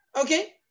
okay